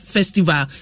Festival